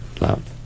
love